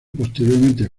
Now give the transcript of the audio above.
posteriormente